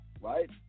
right